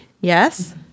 yes